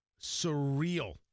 surreal